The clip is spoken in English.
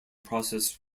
process